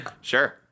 Sure